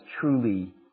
truly